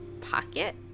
pocket